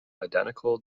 identical